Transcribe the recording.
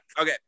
Okay